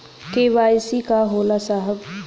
KYC का होला साहब?